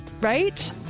right